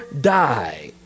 die